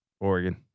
Oregon